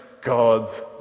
God's